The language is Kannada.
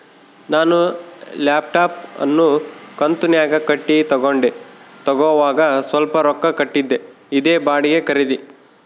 ನಾನು ಲ್ಯಾಪ್ಟಾಪ್ ಅನ್ನು ಕಂತುನ್ಯಾಗ ಕಟ್ಟಿ ತಗಂಡೆ, ತಗೋವಾಗ ಸ್ವಲ್ಪ ರೊಕ್ಕ ಕೊಟ್ಟಿದ್ದೆ, ಇದೇ ಬಾಡಿಗೆ ಖರೀದಿ